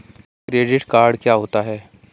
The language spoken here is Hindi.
क्रेडिट कार्ड क्या होता है?